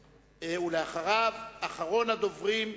ואחריו, אחרון הדוברים.